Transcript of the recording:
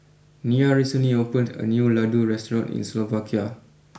Nia recently opened a new Ladoo restaurant in Slovakia